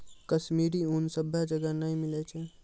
कश्मीरी ऊन सभ्भे जगह नै मिलै छै